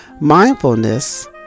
Mindfulness